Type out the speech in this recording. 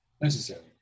necessary